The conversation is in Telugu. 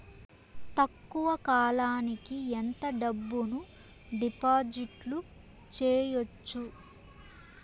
తక్కువ కాలానికి ఎంత డబ్బును డిపాజిట్లు చేయొచ్చు?